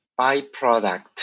byproduct